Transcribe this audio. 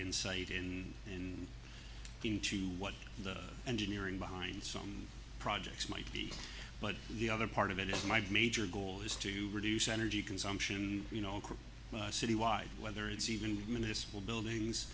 insight in and into what the engineering behind some projects might be but the other part of it is my major goal is to reduce energy consumption you know city wide whether it's even municipal buildings